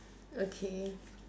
okay